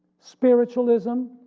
spiritualism,